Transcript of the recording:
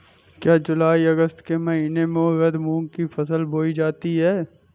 क्या जूलाई अगस्त के महीने में उर्द मूंग की फसल बोई जाती है?